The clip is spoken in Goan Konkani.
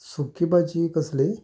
सुकी भाजी कसली